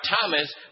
Thomas